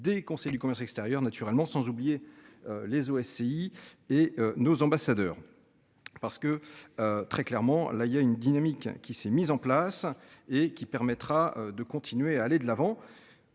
Des conseillers du commerce extérieur naturellement sans oublier. Les OACI et nos ambassadeurs. Parce que. Très clairement, là il y a une dynamique qui s'est mise en place et qui permettra de continuer à aller de l'avant.